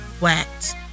wet